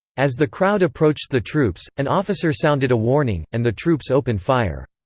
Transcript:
as the crowd approached the troops, an officer sounded a warning, and the troops opened fire.